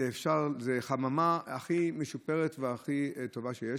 זו החממה הכי משופרת והכי טובה שיש.